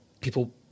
people